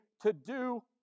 to-do